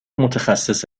متخصص